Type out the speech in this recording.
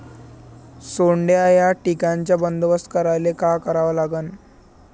सोंडे या कीटकांचा बंदोबस्त करायले का करावं लागीन?